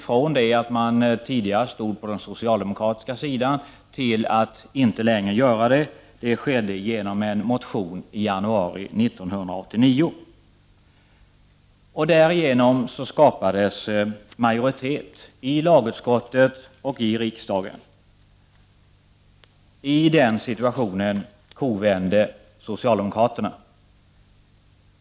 Från att ha stått på den socialdemokratiska sidan ändrade kommunisterna, genom en motion i januari 1989, ståndpunkt i frågan. Därigenom ändrades majoritetsförhållandena i lagutskottet och i riksdagen. I det läget kovände socialdemokraterna.